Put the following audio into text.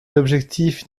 l’objectif